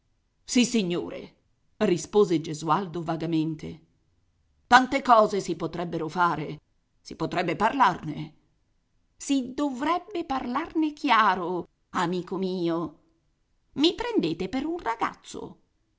noi sissignore rispose gesualdo vagamente tante cose si potrebbero fare si potrebbe parlarne si dovrebbe parlarne chiaro amico mio i prendete per un ragazzo